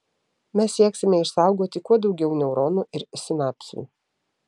mes sieksime išsaugoti kuo daugiau neuronų ir sinapsių